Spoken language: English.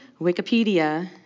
Wikipedia